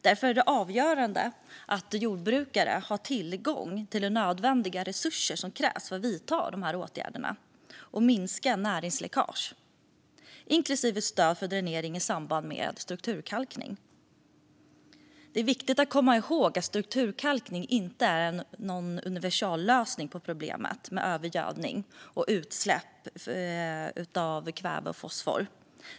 Därför är det avgörande att jordbrukare har tillgång till de resurser som krävs för att vidta dessa åtgärder och minska näringsläckaget, inklusive stöd för dränering i samband med strukturkalkning. Det är viktigt att komma ihåg att strukturkalkning inte är någon universallösning på problemet med övergödning och utsläpp av kväve och fosfor.